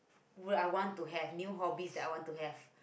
would I want to have new hobbies that I want to have